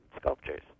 sculptures